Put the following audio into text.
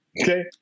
Okay